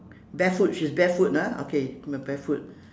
barefoot she's barefoot ah okay barefoot